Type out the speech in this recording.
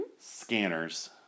Scanners